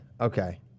Okay